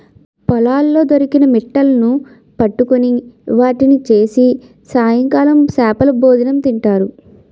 పొలాల్లో దొరికిన మిట్టలును పట్టుకొని వాటిని చేసి సాయంకాలం చేపలభోజనం తింటారు